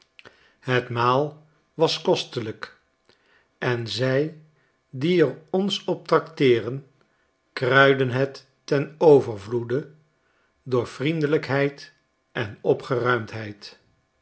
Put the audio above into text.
het maal was kostelijk en zij die er ons op trakteerden kruidden het ten overvloede door vriendelijkheid en